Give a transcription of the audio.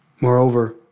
Moreover